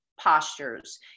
postures